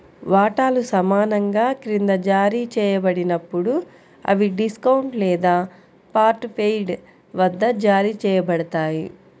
వాటాలు సమానంగా క్రింద జారీ చేయబడినప్పుడు, అవి డిస్కౌంట్ లేదా పార్ట్ పెయిడ్ వద్ద జారీ చేయబడతాయి